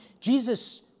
Jesus